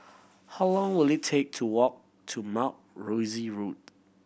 how long will it take to walk to Mount Rosie Road